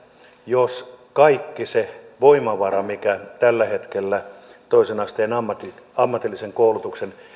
jos kaikki se voimavara mikä tällä hetkellä on toisen asteen ammatillisen koulutuksen